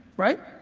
right?